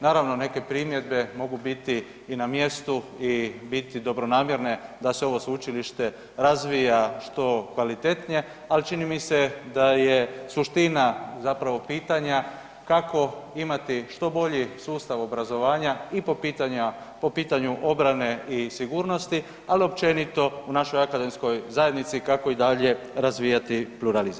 Naravno, neke primjedbe mogu biti i na mjestu i biti dobronamjerne da se ovo sveučilište razvija što kvalitetnije, al čini mi se da je suština zapravo pitanja kako imati što bolji sustav obrazovanja i po pitanja, po pitanju obrane i sigurnosti, al općenito u našoj akademskoj zajednici kako i dalje razvijati pluralizam.